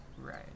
Right